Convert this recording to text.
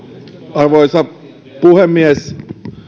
arvoisa puhemies